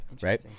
right